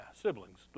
siblings